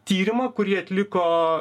tyrimą kurį atliko